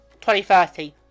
2030